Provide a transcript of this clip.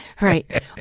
right